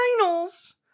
finals